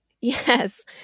Yes